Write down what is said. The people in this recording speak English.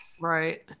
Right